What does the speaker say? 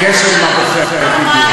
הקשר עם הבוחר, קשר עם הבוחר, בדיוק.